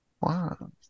wow